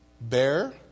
Bear